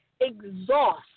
exhaust